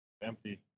Empty